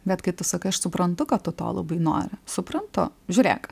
bet kai tu sakai aš suprantu kad tu to labai nori suprantu žiūrėk